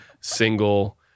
single